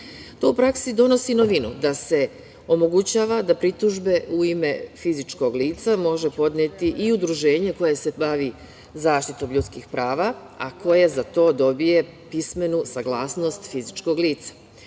To u praksi donosi novinu da se omogućava da pritužbe u ime fizičkog lica može podneti i udruženje koje se bavi zaštitom ljudskih prava, a koje za to dobije pismenu saglasnost fizičkog lica.